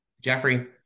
Jeffrey